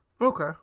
Okay